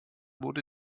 wurde